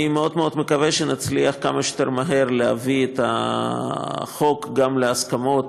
אני מאוד מאוד מקווה שנצליח כמה שיותר מהר להביא את החוק גם להסכמות